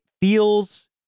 feels